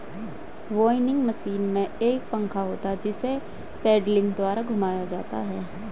winnowing machine में एक पंखा होता है जिसे पेडलिंग द्वारा घुमाया जाता है